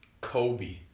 Kobe